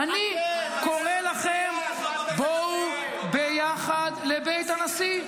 אני קורא לכם: בואו ביחד לבית הנשיא,